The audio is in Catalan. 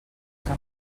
que